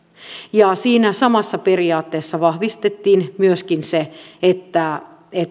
siinä samassa periaatteessa vahvistettiin myöskin se että